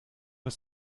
ist